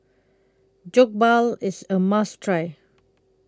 Jokbal IS A must Try